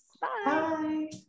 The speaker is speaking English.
bye